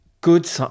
good